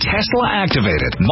Tesla-activated